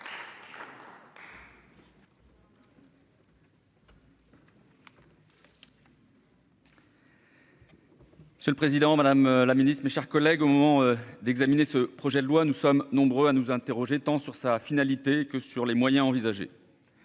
C'est le président, Madame la Ministre, mes chers collègues, au moment d'examiner ce projet de loi, nous sommes nombreux à nous interroger tant sur sa finalité que sur les moyens envisagés.